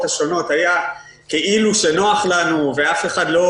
השונות השתמעה כאילו שנוח לנו ואף אחד לא